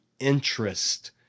interest